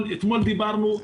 אתמול דיברנו,